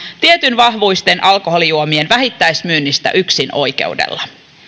tietyn vahvuisten alkoholijuomien vähittäismyynnistä yk sinoikeudella